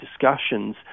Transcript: discussions